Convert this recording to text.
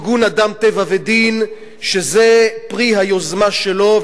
ארגון "אדם טבע ודין", שזה פרי היוזמה שלו.